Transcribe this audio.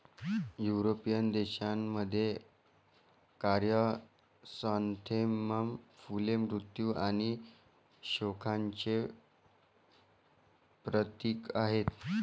European देशांमध्ये, chrysanthemum फुले मृत्यू आणि शोकांचे प्रतीक आहेत